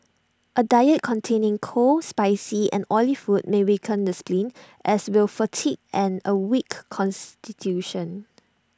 A diet containing cold spicy and oily food may weaken the spleen as will fatigue and A weak Constitution